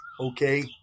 okay